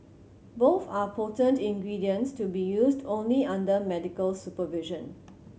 both are potent ingredients to be used only under medical supervision